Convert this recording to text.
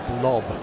blob